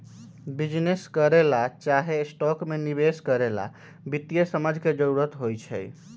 business करे ला चाहे स्टॉक में निवेश करे ला वित्तीय समझ के जरूरत होई छई